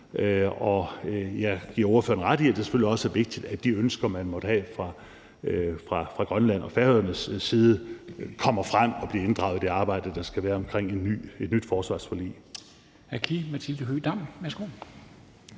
jeg giver ordføreren ret i, at det selvfølgelig også er vigtigt, at de ønsker, man måtte have fra Grønland og Færøernes side, kommer frem og bliver inddraget i det arbejde, der skal være i forbindelse med et nyt forsvarsforlig.